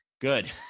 good